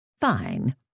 Fine